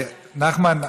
נחמן.